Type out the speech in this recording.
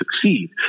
succeed